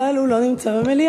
אבל הוא לא נמצא במליאה